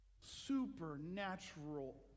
supernatural